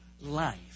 life